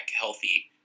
healthy